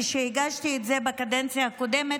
כשהגשתי את זה בקדנציה הקודמת,